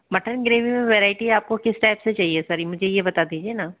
mutton gravy में variety आपको किस टाइप से चाहिए सर मुझे ये बता दीजिए न